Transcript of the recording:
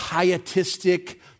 pietistic